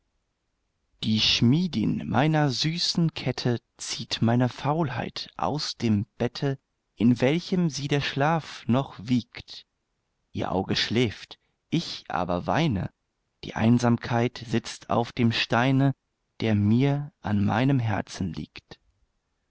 die schmiedin meiner süßen kette zieht meine faulheit aus dem bette in welchem sie der schlaf noch wiegt ihr auge schläft ich aber weine die einsamkeit sitzt auf dem steine der mir an meinem herzen liegt